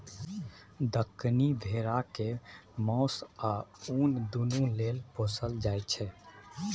दक्कनी भेरा केँ मासु आ उन दुनु लेल पोसल जाइ छै